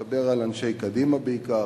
אני מדבר על אנשי קדימה בעיקר,